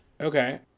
Okay